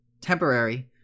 temporary